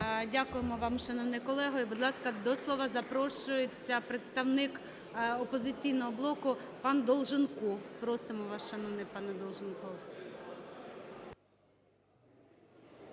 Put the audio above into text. Дякуємо вам, шановний колега. І, будь ласка, до слова запрошується представник "Опозиційного блоку" пан Долженков. Просимо вас, шановний пане Долженков.